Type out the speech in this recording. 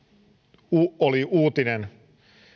pienituloisiin tämä oli uutinen